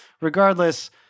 regardless